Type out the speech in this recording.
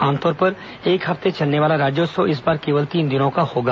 आमतौर पर एक हफ्ते चलने वाला राज्योत्सव इस बार केवल तीन दिनों का होगा